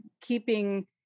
keeping